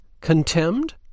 Contemned